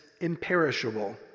imperishable